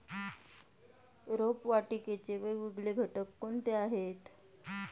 रोपवाटिकेचे वेगवेगळे घटक कोणते आहेत?